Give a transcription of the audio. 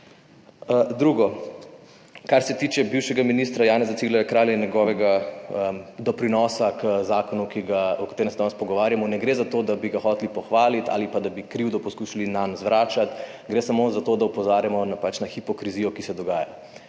Drugo. Kar se tiče bivšega ministra Janeza Ciglerja Kralja in njegovega doprinosa k zakonu, o katerem se danes pogovarjamo. Ne gre za to, da bi ga hoteli pohvaliti ali pa da bi krivdo poskušali nanj zvračati, gre samo za to, da opozarjamo pač na hipokrizijo, ki se dogaja.